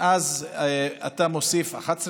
ואז אתה מוסיף 11 מיליארד.